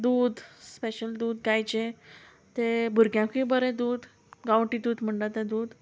दूद स्पेशल दूद गायचें तें भुरग्यांकूय बरें दूद गांवटी दूद म्हणटा तें दूद